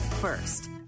first